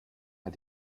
hat